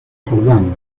jordán